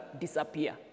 disappear